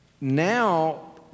now